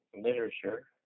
literature